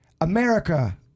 America